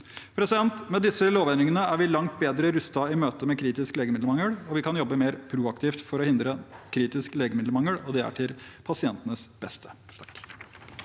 har i dag. Med disse lovendringene er vi langt bedre rustet i møtet med kritisk legemiddelmangel, og vi kan jobbe mer proaktivt for å hindre kritisk legemiddelmangel. Det er til pasientenes beste.